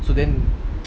so then